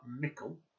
Mickle